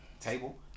Table